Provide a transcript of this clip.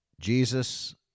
Jesus